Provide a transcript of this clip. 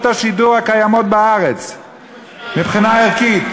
השידור הקיימות בארץ מבחינה ערכית.